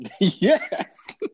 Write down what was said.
Yes